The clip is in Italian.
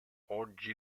oggi